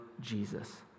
Jesus